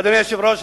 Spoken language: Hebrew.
אדוני היושב-ראש,